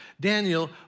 Daniel